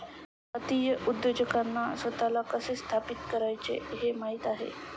जातीय उद्योजकांना स्वतःला कसे स्थापित करायचे हे माहित आहे